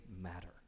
matter